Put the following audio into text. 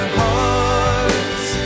hearts